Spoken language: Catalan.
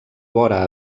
vora